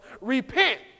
repent